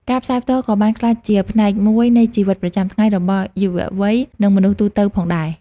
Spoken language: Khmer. ការផ្សាយផ្ទាល់ក៏បានក្លាយជាផ្នែកមួយនៃជីវិតប្រចាំថ្ងៃរបស់យុវវ័យនិងមនុស្សទូទៅផងដែរ។